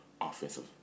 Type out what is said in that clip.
offensive